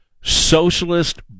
socialist